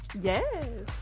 Yes